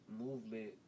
movement